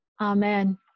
Amen